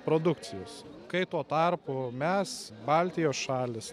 produkcijos kai tuo tarpu mes baltijos šalys